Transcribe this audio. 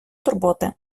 турботи